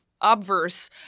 obverse